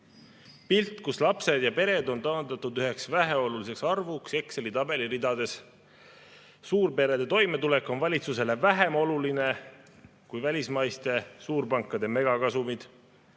pilt. Lapsed ja pered on taandatud üheks väheoluliseks arvuks Exceli tabeli ridades. Suurperede toimetulek on valitsusele vähem oluline kui välismaiste suurpankade megakasumid.